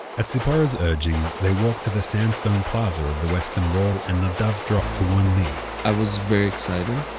at tzipora's urging, they walked to the sandstone plaza of the western wall and nadav dropped to one knee i was very excited.